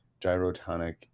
gyrotonic